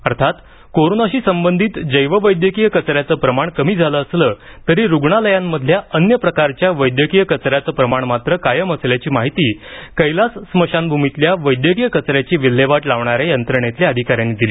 अर्थात कोरोनाशी संबंधित जैववैद्यकीय कचऱ्याचं प्रमाण कमी झालं असलं तरी रुग्णालयांमधल्या अन्य प्रकारच्या वैद्यकीय कचऱ्याचं प्रमाण मात्र कायम असल्याची माहिती कैलास स्मशानभूमीतल्या वैद्यकीय कचऱ्याची विल्हेवाट लावणाऱ्या यंत्रणेतल्या अधिकाऱ्यांनी दिली